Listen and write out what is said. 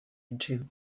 into